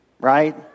right